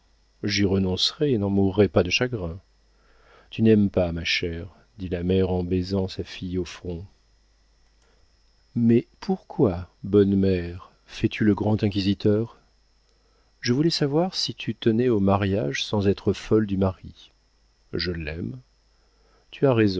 j'y renoncerais et n'en mourrais pas de chagrin tu n'aimes pas ma chère dit la mère en baisant sa fille au front mais pourquoi bonne mère fais-tu le grand inquisiteur je voulais savoir si tu tenais au mariage sans être folle du mari je l'aime tu as